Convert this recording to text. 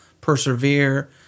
persevere